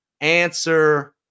answer